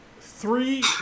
three